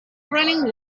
running